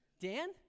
Dan